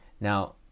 Now